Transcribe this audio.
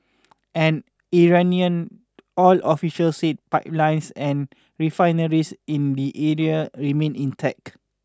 an Iranian oil official said pipelines and refineries in the area remained intact